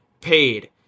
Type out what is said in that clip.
paid